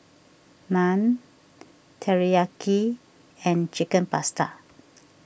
Naan Teriyaki and Chicken Pasta